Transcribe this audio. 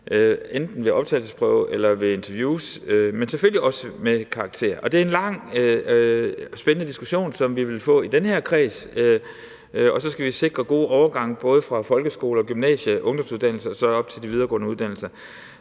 enten ved optagelsesprøve eller ved interviews, men selvfølgelig også med karakterer. Og det er en lang og spændende diskussion, som vi vil få i den her kreds. Og så skal vi sikre gode overgange, både fra folkeskole og gymnasiet og ungdomsuddannelse og så op til de videregående uddannelser.